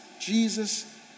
Jesus